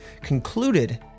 concluded